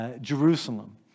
Jerusalem